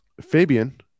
Fabian